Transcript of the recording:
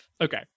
Okay